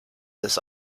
this